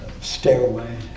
stairway